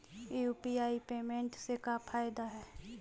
UPI payment से का फायदा है?